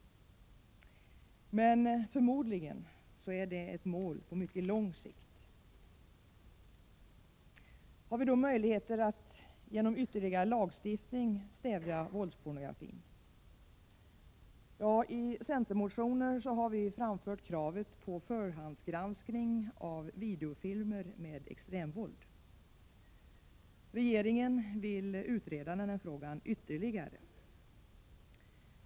Men förmodligen är det ett mål på mycket lång sikt. Har vi då några möjligheter att genom ytterligare lagstiftning stävja våldspornografin? I centermotioner framförs kravet på förhandsgranskning av videofilmer med extremvåld. Regeringen vill utreda frågan ytterligare.